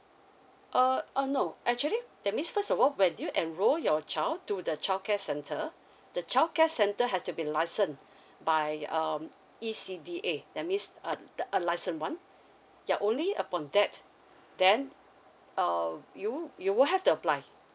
uh no actually that means first of all when do you enrol your child to the childcare centre the childcare centre has to be licensed by um E_C_D_A that means uh the a licensed one ya only upon that then uh you you would have to apply